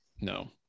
no